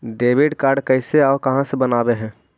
Debit card कैसे और कहां से बनाबे है?